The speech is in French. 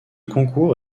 concours